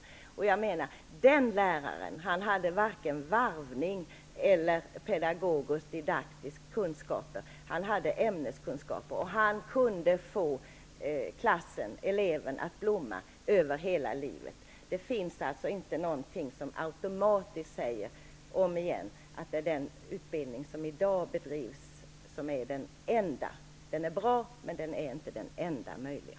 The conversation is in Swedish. Den läraren hade varken varvning eller pedagogisk-didaktiska kunskaper. Men han hade ämneskunskaper, och han kunde få klassen och eleven att blomma -- hela livet igenom. Det finns alltså inte någonting som säger, jag upprepar det, att den utbildning som i dag bedrivs är det enda alternativet. Den är bra, men den är inte den enda möjliga.